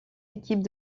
équipes